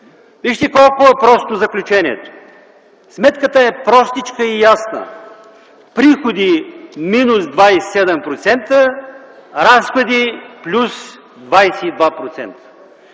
Вижте колко е просто заключението – сметката е простичка и ясна: приходи минус 27%, разходи плюс 22%.